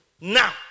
now